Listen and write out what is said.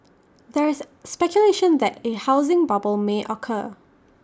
there is speculation that A housing bubble may occur